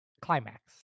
Climax